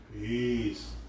Peace